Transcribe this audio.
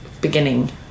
beginning